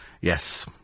Yes